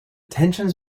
tensions